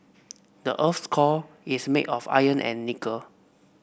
the earth's core is made of iron and nickel